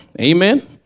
Amen